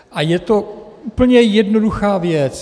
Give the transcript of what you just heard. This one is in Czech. A je to úplně jednoduchá věc.